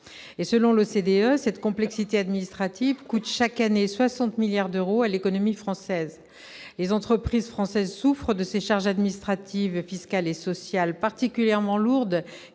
Selon l'OCDE, cette complexité administrative coûte chaque année 60 milliards d'euros à l'économie française. Nos entreprises souffrent de ces charges administratives, fiscales et sociales particulièrement lourdes